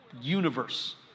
universe